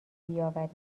بیاورید